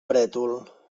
brètol